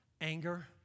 Anger